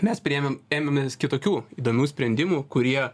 mes priėmėm ėmėmės kitokių įdomių sprendimų kurie